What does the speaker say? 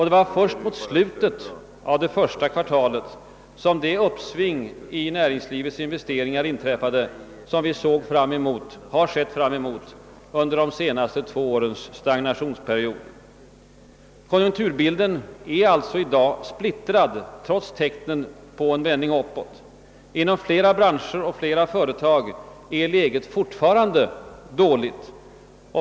Det var först mot slutet av det första kvartalet som det uppsving i näringslivets investeringar inträffade som vi hade sett fram emot under de senaste två årens stagnationsperiod. Konjunkturbilden är alltså i dag splittrad trots tecken på en vändning uppåt. Inom flera branscher och flera företag är läget fortfarande dåligt.